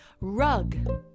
Rug